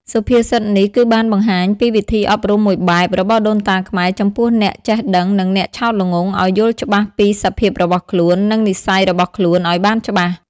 សុភាសិតនេះ គឺបានបង្ហាញពីវិធីអប់រំមួយបែប របស់ដូនតាខ្មែរ ចំពោះអ្នកចេះដឹង និងអ្នកឆោតល្ងង់ ឲ្យយល់ច្បាស់ពីសភាពរបស់ខ្លួន និងនិស្ស័យរបស់ខ្លួនឲ្យបានច្បាស់។